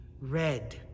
red